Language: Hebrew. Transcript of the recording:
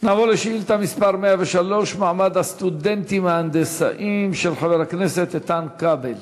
נעבור לשאילתה מס' 103 של חבר הכנסת איתן כבל,